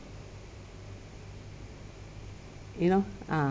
you know ah